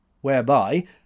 Whereby